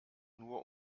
nur